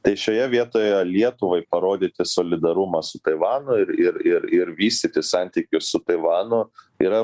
tai šioje vietoje lietuvai parodyti solidarumą su taivano ir ir ir vystyti santykius su taivanu yra